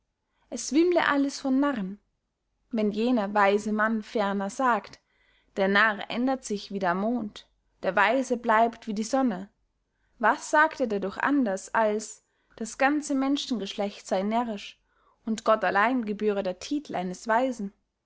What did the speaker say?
es wimmle alles von narren wenn jener weise mann ferner sagt der narr ändert sich wie der mond der weise bleibt wie die sonne was sagt er dadurch anders als das ganze menschengeschlecht sey närrisch und gott allein gebühre der titel eines weisen